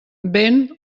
vent